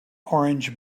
orange